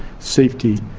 safety,